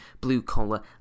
blue-collar